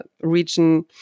region